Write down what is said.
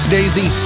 Daisy